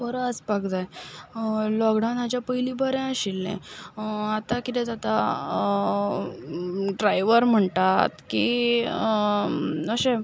बरो आसपाक जाय लॉकडावनाच्या पयलीं बरें आशिल्लें आतां कितें जाता ड्रायव्हर म्हणटात की अशें